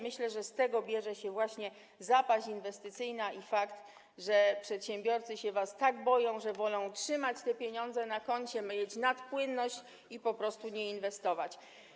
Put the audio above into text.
Myślę, że z tego bierze się właśnie zapaść inwestycyjna i fakt, że przedsiębiorcy się was tak boją, że wolą trzymać pieniądze na koncie, mieć nadpłynność i po prostu ich nie inwestować.